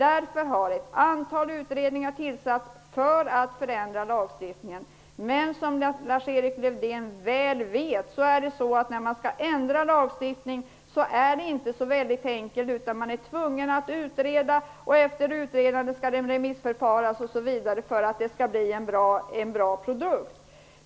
Därför har ett antal utredningar tillsatts. Men som Lars-Erik Lövdén väl vet är det inte så enkelt att ändra lagstiftningen. Man måste utreda, och efter utredandet skall det ske ett remissförfarande för att det skall bli en bra produkt.